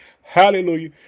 Hallelujah